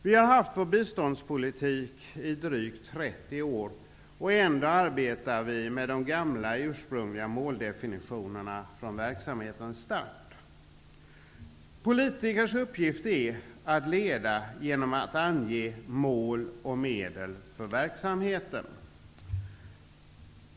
Vi har haft vår biståndspolitik i drygt 30 år, och ändå arbetar vi med de gamla ursprungliga måldefinitionerna från verksamhetens start. Politikers uppgift är att leda, genom att ange mål och medel för verksamheten.